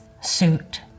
suit